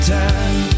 time